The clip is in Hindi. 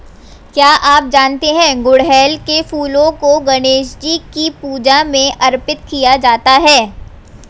क्या आप जानते है गुड़हल के फूलों को गणेशजी की पूजा में अर्पित किया जाता है?